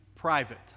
private